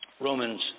Romans